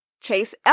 Chase